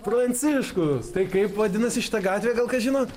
pranciškus tai kaip vadinasi šita gatvė gal kas žinot